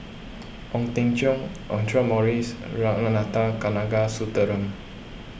Ong Teng Cheong Audra Morrice and Ragunathar Kanagasuntheram